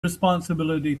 responsibility